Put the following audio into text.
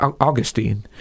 Augustine